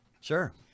Sure